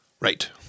right